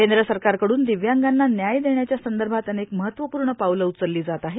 केंद्र सरकारकडून दिव्यांगांना न्याय देण्याच्या संदर्भात अनेक महत्त्वपूर्ण पाऊलं उचलली जात आहेत